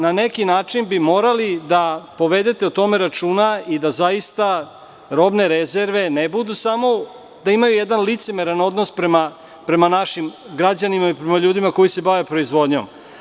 Na neki način bi morali o tome da povedete računa i da robne rezerve nemaju jedan licemeran odnos prema našim građanima i prema ljudima koji se bave proizvodnjom.